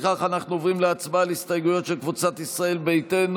אנחנו עוברים להצעה על הסתייגויות של קבוצת ישראל ביתנו.